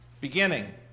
beginning